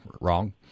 Wrong